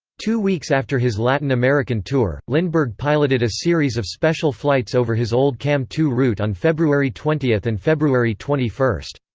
two weeks after his latin american tour, lindbergh piloted a series of special flights over his old cam two route on february twenty and february twenty one.